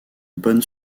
bonne